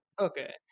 Okay